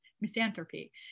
misanthropy